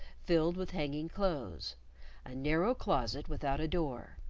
filled with hanging clothes a narrow closet without a door,